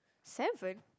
seven